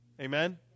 Amen